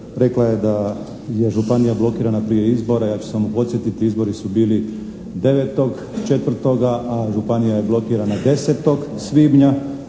Rekla je da je županija blokirana prije izbora. Ja ću samo podsjetiti, izbori su bili 9.4., a županija je blokirana 10. svibnja.